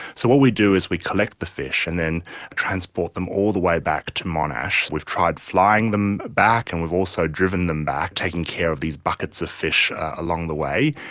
so what we do is we collect this fish and then transport them all the way back to monash. we've tried flying them back and we've also driven them back, taking care of these buckets of fish along the way,